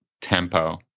tempo